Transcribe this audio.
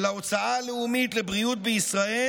של ההוצאה הלאומית לבריאות בישראל,